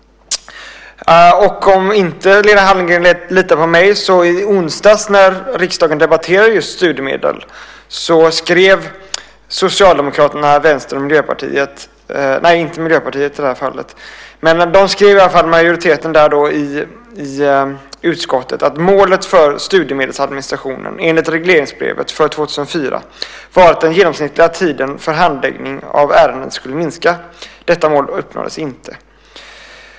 Om inte Lena Hallengren litar på mig så är det så att i onsdags, när riksdagen debatterade just studiemedlen, skrev Socialdemokraterna och Vänsterpartiet, inte Miljöpartiet i det här fallet, att målet för studiemedelsadministrationen enligt regleringsbrevet för 2004 var att den genomsnittliga tiden för handläggning av ärenden skulle minska. Detta mål uppnåddes inte.